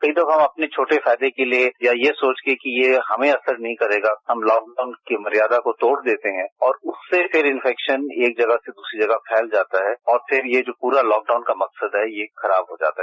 कई दफा हम अपने छोटे फायदे के लिए या ये सोचकर कि ये हमें असर नहीं करेगा हम लॉकडाउन की मयांदा को तोड़ देते हैं और उससे फिर इन्फेक्शन एक जगह से दूसरी जगह फंल जाता है और फिर ये जो पूरा लॉकडाउन का मकसद है ये खराब हो जाता है